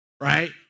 right